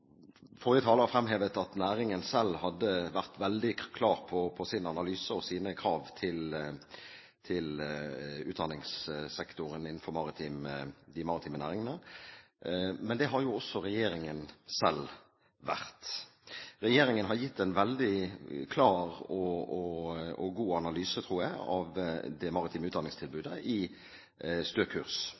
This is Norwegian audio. Forrige taler fremhevet at næringen selv hadde vært veldig klar i sin analyse og i sine krav til utdanningssektoren innenfor de maritime næringene, men det har jo også regjeringen selv vært. Regjeringen har gitt en veldig klar og god analyse, tror jeg, av det maritime utdanningstilbudet i Stø kurs,